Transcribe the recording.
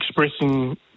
expressing